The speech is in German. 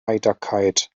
heiterkeit